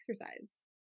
exercise